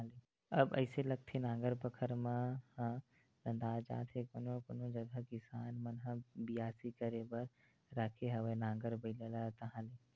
अब अइसे लागथे नांगर बखर मन ह नंदात जात हे कोनो कोनो जगा किसान मन ह बियासी करे बर राखे हवय नांगर बइला ला ताहले